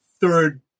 third